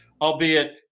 albeit